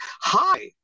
hi